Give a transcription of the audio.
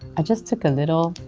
i just took a little.